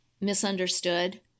misunderstood